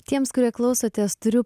tiems kurie klausotės turiu